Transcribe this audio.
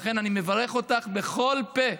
לכן אני מברך אותך בכל פה.